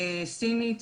סינית,